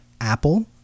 Apple